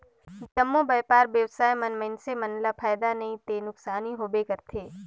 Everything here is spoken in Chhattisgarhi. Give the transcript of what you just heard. जम्मो बयपार बेवसाय में मइनसे मन ल फायदा नइ ते नुकसानी होबे करथे